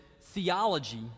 theology